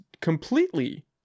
completely